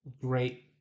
great